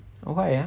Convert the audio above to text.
oh why ah